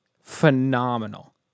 phenomenal